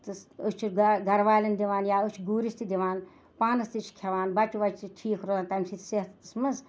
تہٕ أسۍ چھِ گا گَرٕ والٮ۪ن دِوان یا أسۍ چھِ گوٗرِس تہِ دِوان پانَس تہِ چھِ کھٮ۪وان بَچہِ وَچہِ چھِ ٹھیٖک روزان تَمہِ سۭتۍ صحتَس منٛز